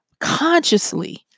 consciously